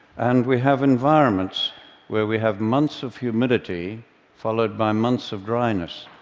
and we have environments where we have months of humidity followed by months of dryness,